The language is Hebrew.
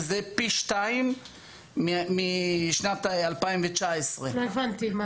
פי שתיים משנת 2019. לא הבנתי.